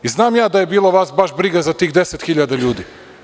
Znam ja da je bilo vas baš briga za tih 10.000 ljudi.